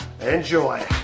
Enjoy